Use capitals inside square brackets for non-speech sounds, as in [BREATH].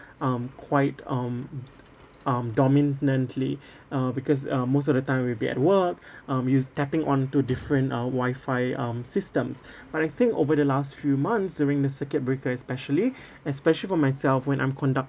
um quite um um dominantly [BREATH] uh because uh most of the time we'll be at work [BREATH] um use tapping on to different uh wifi um systems [BREATH] but I think over the last few months during the circuit breaker especially [BREATH] especially for myself when I'm conducting